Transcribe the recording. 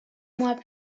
mois